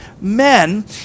men